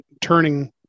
turning